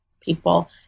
people